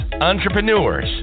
entrepreneurs